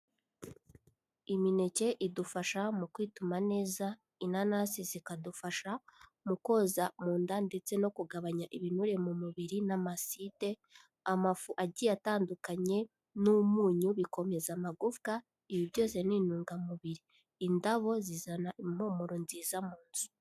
Imineke idufasha mu kwituma neza, inanasi zikadufasha mu koza mu nda ndetse no kugabanya ibinure mu mubiri n'amaside, amafu agiye atandukanye n'umunyu bikomeza amagufwa, ibi byose ni intungamubiri, indabo zizana impumuro nziza mu nzu.